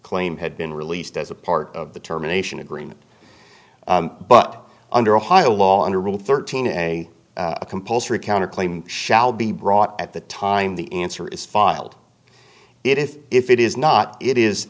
claim had been released as a part of the terminations agreement but under ohio law under rule thirteen a a compulsory counterclaim shall be brought at the time the answer is filed it is if it is not it is